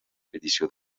petició